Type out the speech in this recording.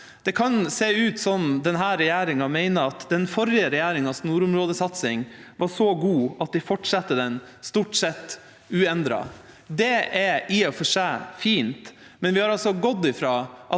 Det kan se ut som om denne regjeringa mener at den forrige regjeringas nordområdesatsing var så god at de fortsetter den stort sett uendret. Det er i og for seg fint, men vi har altså gått fra